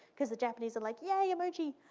because the japanese were like, yay, emoji!